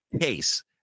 case